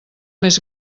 més